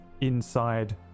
inside